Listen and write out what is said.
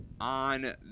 On